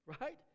right